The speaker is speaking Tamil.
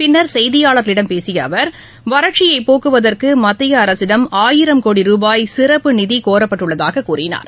பின்னர் செய்தியாளர்களிடம் பேசியஅவர் வறட்சியைப் போக்குவதற்குமத்தியஅரசிடம் ஆயிரம் கோடி ரூபாய் சிறப்பு நிதிகோரப்பட்டுள்ளதாகக் கூறினார்